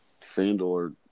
Fandor